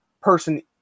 person